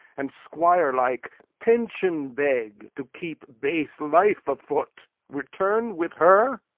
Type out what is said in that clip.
and, squire-like, pension beg to keep base life afoot. return with her?